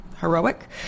heroic